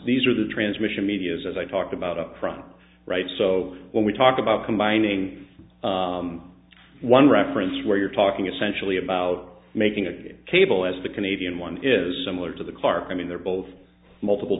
these are the transmission medias as i talked about up front right so when we talk about combining one reference where you're talking essential about making a cable as the canadian one is similar to the car i mean they're both multiple